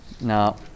no